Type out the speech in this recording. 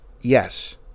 Yes